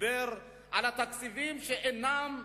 דיבר על התקציבים שאינם,